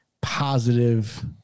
positive